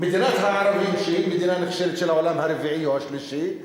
מדינת הערבים שהיא מדינה נחשלת של העולם הרביעי או השלישי,